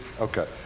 Okay